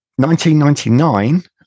1999